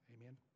Amen